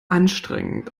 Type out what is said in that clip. anstrengend